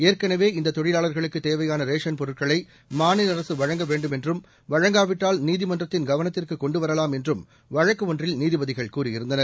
ஏற்கனவே இந்த தொழிலாளர்களுக்கு தேவையான ரேஷன் பொருட்களை மாநில அரசு வழங்க வேண்டும் என்றும் வழங்காவிட்டால் நீதிமன்றத்தின் கவனத்திற்கு கொண்டு வரலாம் என்றும் வழக்கு ஒன்றில் நீதிபதிகள் கூறியிருந்தனர்